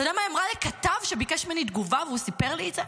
אתה יודע מה היא אמרה לכתב שביקש ממני תגובה והוא סיפר לי את זה?